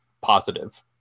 positive